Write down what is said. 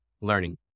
learning